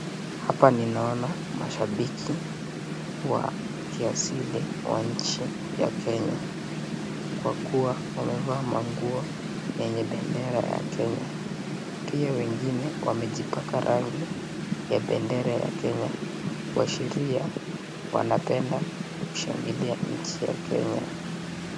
Hapa ninaona mashabiki wa kiasili wa nchi ya kenya, kwakua wamevaa manguo zenye bendera ya Kenya, pia wengine wamejipaka rangi ya bendera Kenya, kuashiria wanapenda kushangilia nchi ya Kenya.